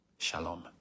Shalom